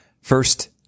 First